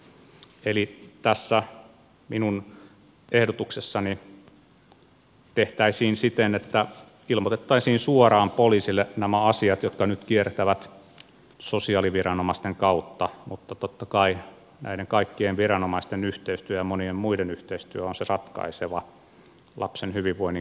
tässä minun ehdotuksessani tehtäisiin siten että ilmoitettaisiin suoraan poliisille nämä asiat jotka nyt kiertävät sosiaaliviranomaisten kautta mutta totta kai näiden kaikkien viranomaisten yhteistyö ja monien muiden yhteistyö on se ratkaiseva lapsen hyvinvoinnin kannalta